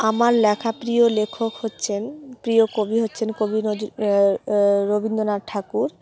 আমার লেখা প্রিয় লেখক হচ্ছেন প্রিয় কবি হচ্ছেন কবি নজ রবীন্দ্রনাথ ঠাকুর